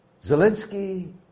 Zelensky